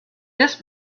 this